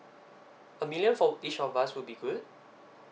a million for each of us would be good